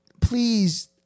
please